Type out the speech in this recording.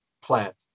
plant